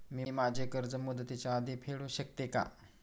मी माझे कर्ज मुदतीच्या आधी फेडू शकते का?